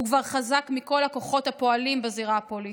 הוא כבר חזק מכל הכוחות הפועלים בזירה הפוליטית.